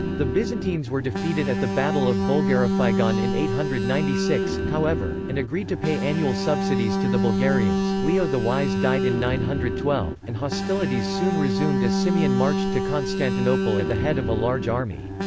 the byzantines were defeated at the battle of boulgarophygon in eight hundred and ninety six, however, and agreed to pay annual subsidies to the bulgarians leo the wise died in nine hundred and twelve, and hostilities soon resumed as simeon marched to constantinople at the head of a large army.